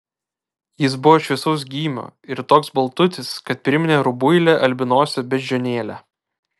jis buvo šviesaus gymio ir toks baltutis kad priminė rubuilę albinosę beždžionėlę